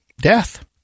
death